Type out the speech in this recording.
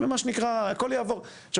עכשיו,